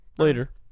Later